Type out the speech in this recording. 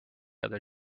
other